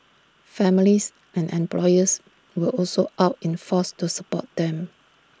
families and employers were also out in force to support them